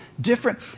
different